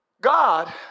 God